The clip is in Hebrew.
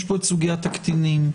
יש את סוגיית הקטינים,